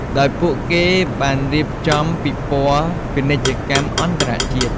ដោយពួកគេបានរៀបចំពិព័រណ៍ពាណិជ្ជកម្មអន្តរជាតិ។